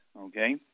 okay